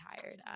tired